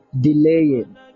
delaying